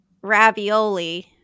ravioli